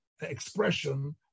expression